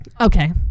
okay